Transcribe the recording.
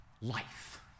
life